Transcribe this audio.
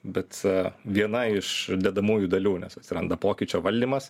bet a viena iš dedamųjų dalių nes atsiranda pokyčio valdymas